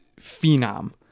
phenom